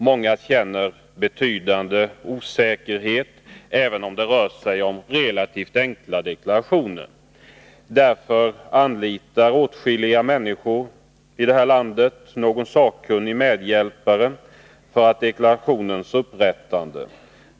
Många känner betydande osäkerhet, även om det rör sig om relativt enkla deklarationer. Därför anlitar åtskilliga människor i detta land någon sakkunnig medhjälpare för deklarationens upprättande.